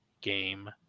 game